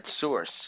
source